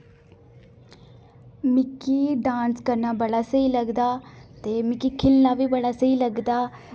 मिकी डांस करना बड़ा स्हेई लगदा ते मिकी खेढना बी बड़ा स्हेई लगदा